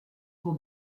pour